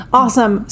awesome